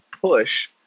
push